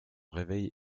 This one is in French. réveil